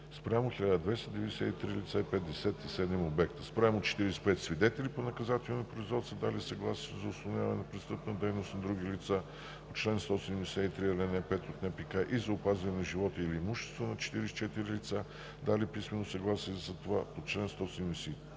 спрямо 1293 лица и 57 обекта. Спрямо 45 свидетели по наказателни производства, дали съгласието си за установяване на престъпна дейност на други лица, по чл. 173, ал. 5 от НПК и за опазване на живота или имуществото на 44 лица, дали писмено съгласие за това, по чл. 173,